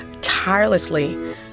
tirelessly